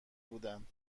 بودند